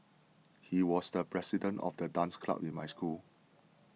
he was the president of the dance club in my school